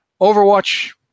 Overwatch